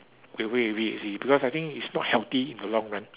away with it you see because I think it's not healthy in the long run